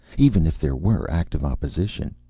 even if there were active opposition.